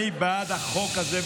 אני בעד החוק הזה,